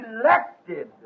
elected